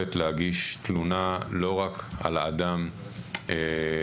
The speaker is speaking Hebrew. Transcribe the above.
היכולת להגיש תלונה לא רק על האדם הנתקף,